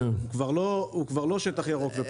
הוא כבר לא שטח ירוק ופתוח.